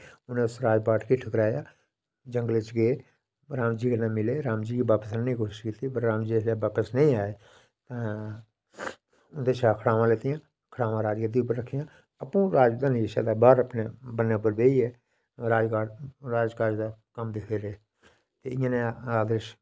उनें सारा पाठ कराया जंगलै च गे राम जी कन्नै मिले ते राम जी आह्नने दी कोशिश कीती पर राम जी नेईं आए ते उंदियां खड़ावां लैतियां खड़ावां लेई खड़ावां राजगद्दी उप्पर रक्खियां आपूं राजधानी कशा बाहर करने ईं बल्लें पर बेहियै राज पाठ राज पाठ दा कम्म दिखदे हे ते इयै नेहा आदेश